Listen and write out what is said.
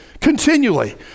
Continually